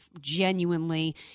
genuinely